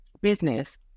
business